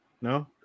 No